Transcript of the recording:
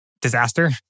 disaster